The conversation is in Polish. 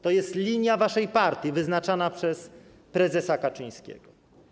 To jest linia waszej partii wyznaczana przez prezesa Kaczyńskiego.